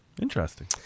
Interesting